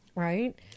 Right